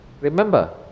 remember